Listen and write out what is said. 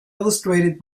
illustrated